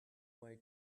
way